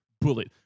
bullet